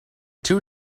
two